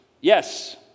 yes